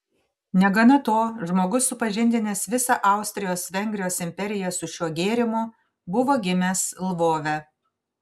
negana to žmogus supažindinęs visą austrijos vengrijos imperiją su šiuo gėrimu buvo gimęs lvove